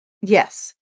Yes